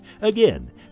Again